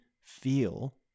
feel